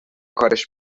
کارش